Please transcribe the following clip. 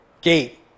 Gate